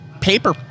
paper